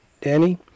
Danny